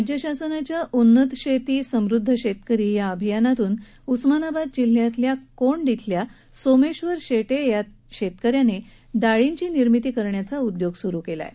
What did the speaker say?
राज्य शासनाच्या उन्नत शेती समुद्ध शेतकरी अभियानातून उस्मानाबाद जिल्ह्यातल्या कोंड इथल्या सोमेश्वर शेटे या शेतकऱ्यानं डाळींची निर्मिती करण्याचा उद्योग सुरू केला आहे